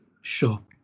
Sure